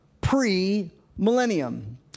pre-millennium